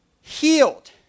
healed